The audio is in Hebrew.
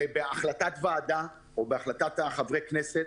בהחלטת וועדה או בהחלטת חברי הכנסת